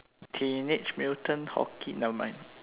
teenage mutant hockey never mind